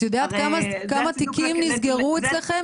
את יודעת כמה תיקים נסגרו אצלכם?